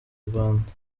rwanda